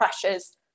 pressures